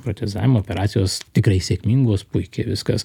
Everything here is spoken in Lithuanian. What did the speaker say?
protezavimo operacijos tikrai sėkmingos puikiai viskas